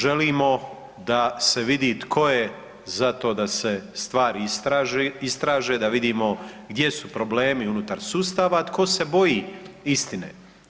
Želimo da se vidi tko je za to da se stvari istraže, da vidimo gdje su problemi unutar sustava, a tko se boji istine.